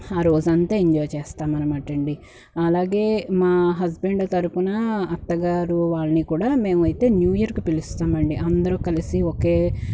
ఆ రోజంతా ఎంజాయ్ చేస్తామనమాటండి అలాగే మా హస్బెండ్ తరఫున అత్తగారు వాళ్ళని కూడా మేమైతే న్యూ ఇయర్కి పిలుస్తామండి అందరూ కలిసి ఒకే